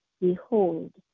Behold